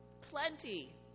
Plenty